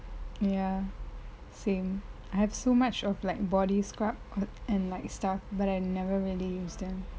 ya same I have so much of like body scrub and like stuff but I never really used them